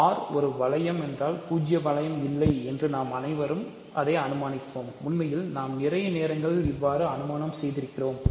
R ஒரு வளையம் என்றால் பூஜ்ஜிய வளையம் இல்லை என்று நாம் அனைவரும் அதை அனுமானிப்போம் உண்மையில் நாம் நிறைய நேரங்களில் இவ்வாறு அனுமானத்தை செய்கிறோம்